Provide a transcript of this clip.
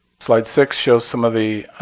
slide six shows some of the